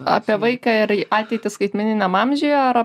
apie vaiką ir ateitį skaitmeniniam amžiuje ar